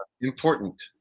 important